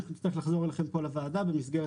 אנחנו נצטרך לחזור אליכם פה לוועדה במסגרת